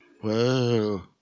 Whoa